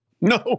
No